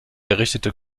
errichtete